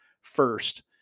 first